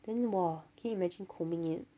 then !wah! can you imagine combing it